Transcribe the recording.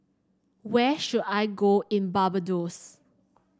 where should I go in Barbados